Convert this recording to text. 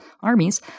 armies